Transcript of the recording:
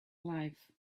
life